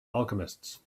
alchemists